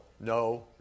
No